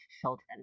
children